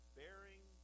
bearing